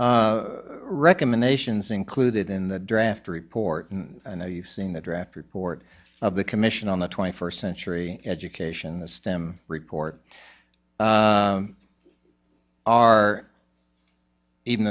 budget recommendations included in the draft report and now you've seen the draft report of the commission on the twenty first century education the stem report are even